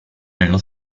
nello